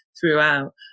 throughout